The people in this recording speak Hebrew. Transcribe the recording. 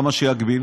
למה שיגביל?